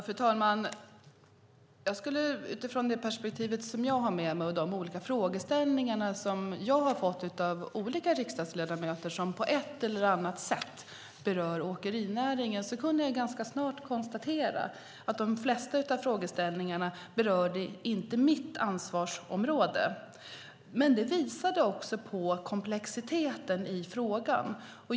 Fru talman! Utifrån det perspektiv som jag har med mig och de olika frågeställningar som jag har fått av olika riksdagsledamöter som på ett eller annat sätt berör åkerinäringen har jag ganska snart kunnat konstatera att de flesta av frågeställningarna inte berör mitt ansvarsområde. Men det visar också komplexiteten i frågan.